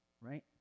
right